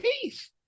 peace